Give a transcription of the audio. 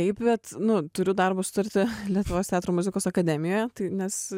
taip bet nu turiu darbo sutartį lietuvos teatro muzikos akademijoje nes